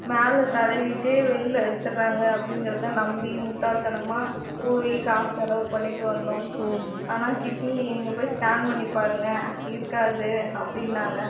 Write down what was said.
மேல தடவிட்டே வெளியில் எடுத்துடுறாங்க அப்படிங்குறத நம்பி முட்டாள்தனமாக போய் காசு செலவு பண்ணிவிட்டு வந்தோம் ஆனால் கிட்னி நீங்கள் போய் ஸ்கேன் பண்ணி பாருங்கள் இருக்காது அப்படினாங்க